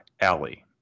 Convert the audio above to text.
Alley